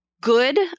good